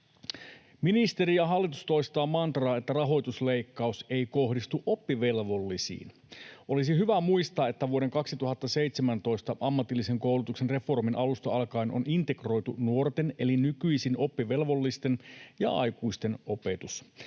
Ministeri ja hallitus toistavat mantraa, että rahoitusleikkaus ei kohdistu oppivelvollisiin. Olisi hyvä muistaa, että vuoden 2017 ammatillisen koulutuksen reformin alusta alkaen on integroitu nuorten eli nykyisin oppivelvollisten ja aikuisten opetus.